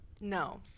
No